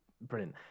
Brilliant